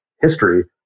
history